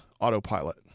autopilot